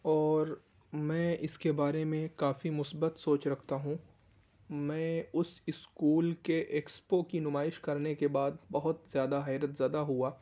اور میں اس کے بارے میں کافی مثبت سوچ رکھتا ہوں میں اس اسکول کے ایکسپو کی نمائش کرنے کے بعد بہت زیادہ حیرت زدہ ہوا